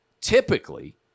typically